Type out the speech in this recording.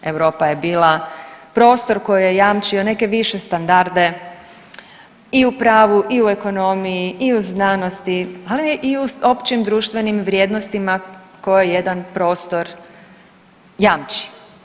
Europa je bila prostor koji je jamčio neke više standarde i u pravu i u ekonomiji i u znanosti, ali i u općim društvenim vrijednostima koje jedan prostor jamči.